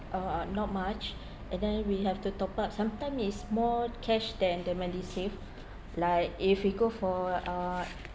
uh uh not much and then we have to top up sometime is more cash than the medisave like if we go for uh